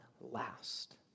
last